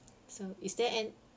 so is there